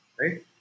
right